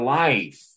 life